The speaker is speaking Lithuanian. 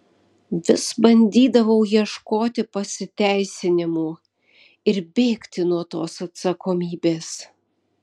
vis bandydavau ieškoti pasiteisinimų ir bėgti nuo tos atsakomybės